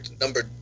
Number